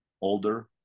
older